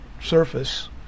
surface